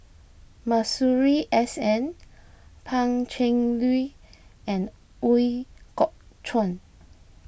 Masuri S N Pan Cheng Lui and Ooi Kok Chuen